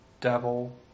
devil